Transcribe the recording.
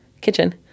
kitchen